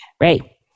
Ray